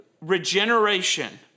regeneration